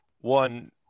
one